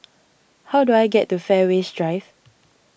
how do I get to Fairways Drive